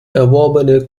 erworbene